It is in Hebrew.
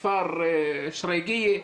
כפר שרייגין,